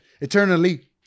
Eternally